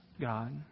God